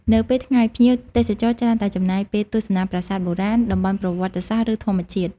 នៅពេលថ្ងៃ ភ្ញៀវទេសចរច្រើនតែចំណាយពេលទស្សនាប្រាសាទបុរាណ តំបន់ប្រវត្តិសាស្ត្រ ឬធម្មជាតិ។